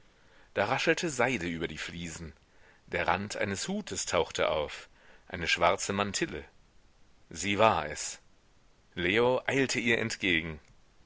da raschelte seide über die fliesen der rand eines hutes tauchte auf eine schwarze mantille sie war es leo eilte ihr entgegen